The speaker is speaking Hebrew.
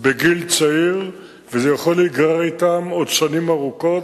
בגיל צעיר, וזה יכול להיגרר אתם עוד שנים ארוכות.